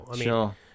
Sure